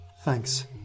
Thanks